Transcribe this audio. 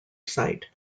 site